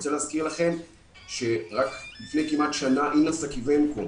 אני רוצה להזכיר לכם שלפני כמעט שנה אינה סקיבנקו,